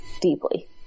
deeply